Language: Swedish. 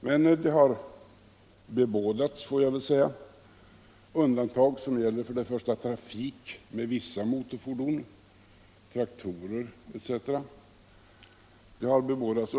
Men det har bebådats undantag som gäller trafik med vissa motorfordon — traktorer etc.